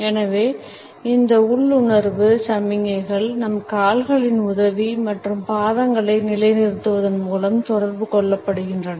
எனவே இந்த உள்ளுணர்வு சமிக்ஞைகள் நம் கால்களின் உதவி மற்றும் பாதங்களை நிலைநிறுத்துவதன் மூலம் தொடர்பு கொள்ளப்படுகின்றன